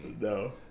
No